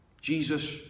jesus